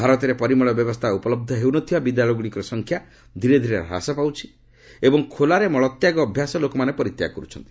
ଭାରତରେ ପରିମଳ ବ୍ୟବସ୍ଥା ଉପଲବ୍ଧ ହେଉ ନ ଥିବା ବିଦ୍ୟାଳୟଗୁଡ଼ିକ ସଂଖ୍ୟା ଧରେ ଧିରେ ହ୍ରାସ ପାଉଛି ଏବଂ ଖୋଲାରେ ମଳତ୍ୟାଗ ଅଭ୍ୟାସ ଲୋକମାନେ ପରିତ୍ୟାଗ କରୁଛନ୍ତି